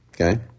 Okay